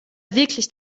wirklich